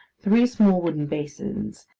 three small wooden basins,